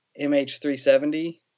MH370